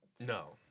No